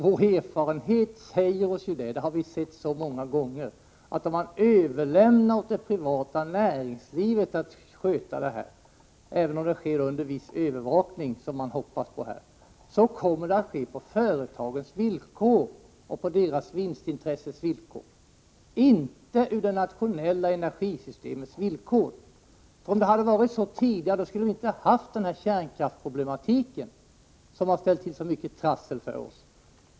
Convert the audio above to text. Vår erfarenhet säger oss, det har vi sett så många gånger, att om man överlämnar åt det privata näringslivet att sköta detta — även om det sker under viss övervakning, som man hoppas på här — kommer det att ske på företagets och dess vinstintresses villkor, inte på det nationella energisystemets villkor. Om det tidigare hade funnits en ordentlig kontroll skulle vi inte ha haft den kärnkraftsproblematik som har ställt till så mycket trassel för oss.